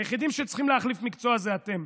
היחידים שצריכים להחליף מקצוע זה אתם,